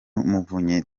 muvunyi